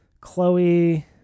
Chloe